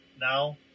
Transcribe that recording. now